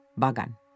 Bagan